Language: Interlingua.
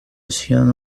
etiam